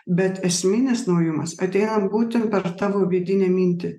bet esminis naujumas ateina būtent per tavo vidinę mintį